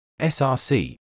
src